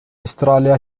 أستراليا